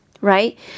right